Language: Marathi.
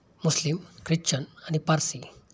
मुस्लिम ख्रिश्चन आणि पारसी